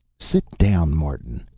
sit down, martin,